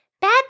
bad